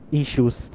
issues